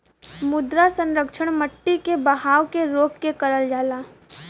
मृदा संरक्षण मट्टी के बहाव के रोक के करल जाला